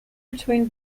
between